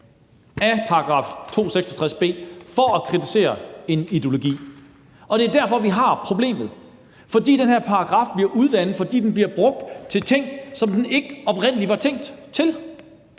§ 266 b for at kritisere en ideologi, og det er derfor, vi har problemet. Den her paragraf bliver udvandet, fordi den bliver brugt til ting, som den ikke oprindelig var tænkt til.